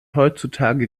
heutzutage